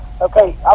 Okay